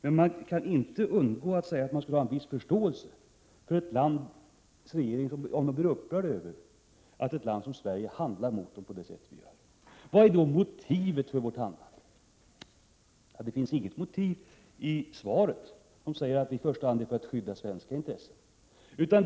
Jag kan dock inte underlåta att säga att jag skulle ha viss förståelse för om landets regering blev upprörd över att Sverige handlar på detta sätt. Vad är då motivet för vårt handlande? Ja, det finns inget i svaret, som säger att motivet i första hand är att skydda svenska intressen.